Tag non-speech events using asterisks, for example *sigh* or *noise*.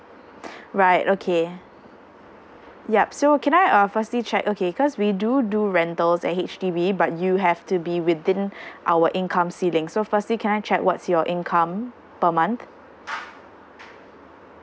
*breath* right okay yup so can I uh firstly check okay cause we do do rentals at H_D_B but you have to be within *breath* our income ceiling so firstly can I check what's your income per month